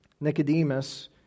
Nicodemus